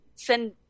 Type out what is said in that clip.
send